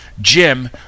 Jim